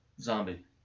Zombie